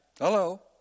Hello